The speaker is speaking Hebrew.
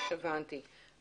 היום